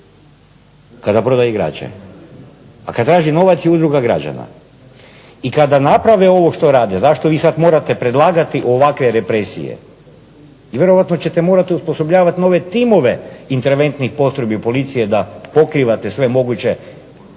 kada proda igrače, a kada traži novac je udruga građana. i kada naprave ovo što rade, zašto vi sada morate predlagati ovakve represije, vjerojatno ćete morati osobosobljavati nove timove interventnih postrojbe policije da pokrivate sve moguće utakmice